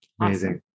Amazing